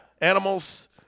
Animals